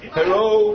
hello